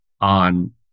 on